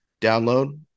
download